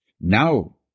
Now